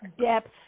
depth